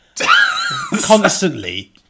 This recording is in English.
constantly